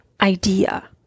idea